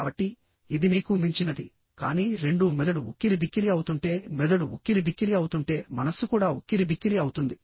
కాబట్టి ఇది మీకు మించినది కానీ రెండూ మెదడు ఉక్కిరిబిక్కిరి అవుతుంటే మెదడు ఉక్కిరిబిక్కిరి అవుతుంటే మనస్సు కూడా ఉక్కిరిబిక్కిరి అవుతుంది